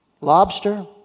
Lobster